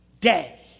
day